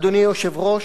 אדוני היושב-ראש,